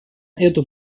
эту